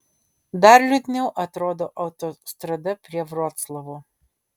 dar liūdniau atrodo autostrada prie vroclavo